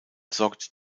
sorgt